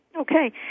okay